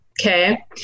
Okay